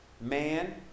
man